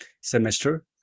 semester